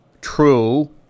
true